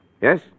Yes